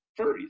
furries